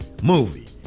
movie